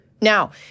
Now